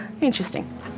Interesting